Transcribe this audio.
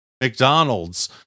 McDonald's